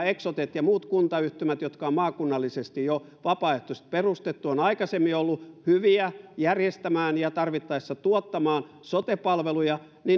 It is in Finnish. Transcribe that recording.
eksotet ja muut kuntayhtymät jotka on maakunnallisesti jo vapaaehtoisesti perustettu ovat aikaisemmin olleet hyviä järjestämään ja tarvittaessa tuottamaan sote palveluja ja